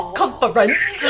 conference